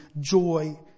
joy